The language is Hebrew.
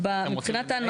היא רוצה יותר.